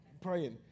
praying